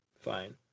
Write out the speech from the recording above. Fine